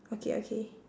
okay okay